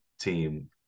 team